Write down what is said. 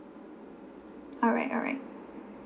alright alright